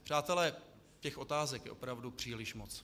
Přátelé, těch otázek je opravdu příliš moc.